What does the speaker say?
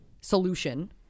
solution